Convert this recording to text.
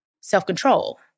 self-control